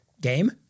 game